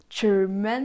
German